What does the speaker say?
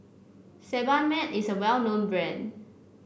Sebamed is a well known brand